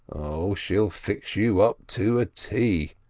oh, she'll fix you up to a t,